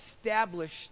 established